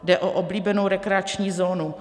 Jde o oblíbenou rekreační zónu.